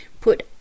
put